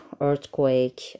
earthquake